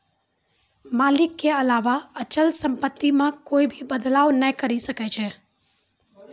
मालिक के अलावा अचल सम्पत्ति मे कोए भी बदलाव नै करी सकै छै